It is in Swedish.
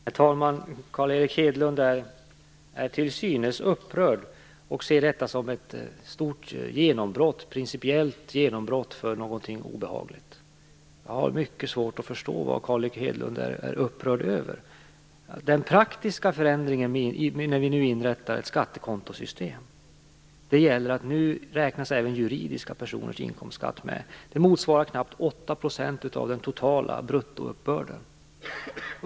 Herr talman! Carl Erik Hedlund är till synes upprörd och ser detta som ett stort principiellt genombrott för någonting obehagligt. Jag har mycket svårt att förstå vad Carl Erik Hedlund är upprörd över. Den praktiska förändringen, när vi nu inrättar ett skattekontosystem, gäller att även juridiska personers inkomstskatt nu räknas med. Det motsvarar knappt 8 % av den totala bruttouppbörden.